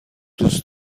دوست